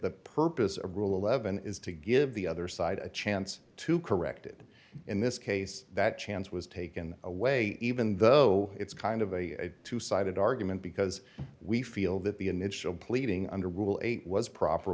the purpose of rule eleven is to give the other side a chance to correct it in this case that chance was taken away even though it's kind of a two sided argument because we feel that the initial pleading under rule eight was proper